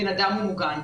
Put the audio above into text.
בן אדם מוגן.